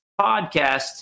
podcast